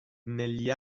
negli